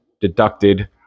deducted